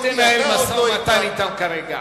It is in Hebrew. אל תנהל משא-ומתן אתם כרגע.